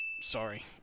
Sorry